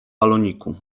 baloniku